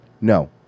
No